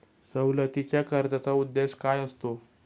सवलतीच्या कर्जाचा उद्देश काय असतो?